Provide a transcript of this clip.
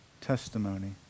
testimony